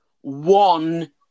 one